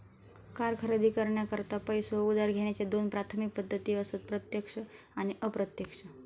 car खरेदी करण्याकरता पैसो उधार घेण्याच्या दोन प्राथमिक पद्धती असत प्रत्यक्ष आणि अप्रत्यक्ष